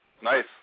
Nice